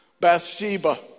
bathsheba